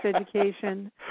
education